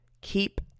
keep